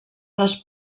les